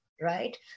right